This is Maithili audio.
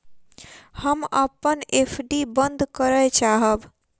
हम अपन एफ.डी बंद करय चाहब